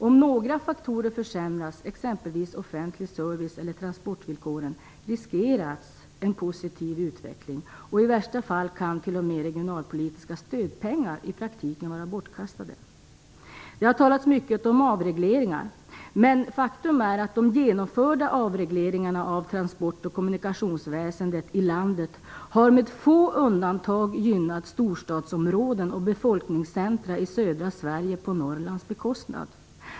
Om några faktorer försämras, exempelvis offentlig service eller transportvillkoren, riskeras den positiva utvecklingen. I värsta fall kan t.o.m. regionalpolitiska stödpengar i praktiken vara bortkastade. Det har talats mycket om avregleringar. Faktum är att de genomförda avregleringarna av transport och kommunikationsväsendet i landet har med få undantag gynnat storstadsområden och befolkningscentrum i södra Sverige på Norrlands bekostnad.